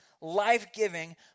life-giving